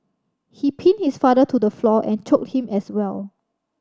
he pinned his father to the floor and choked him as well